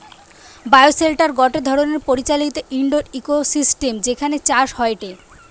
bioshelter গটে ধরণের পরিচালিত ইন্ডোর ইকোসিস্টেম যেখানে চাষ হয়টে